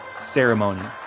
Ceremony